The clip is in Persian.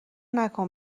نکن